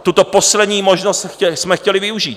Tuto poslední možnost jsme chtěli využít.